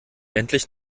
endlich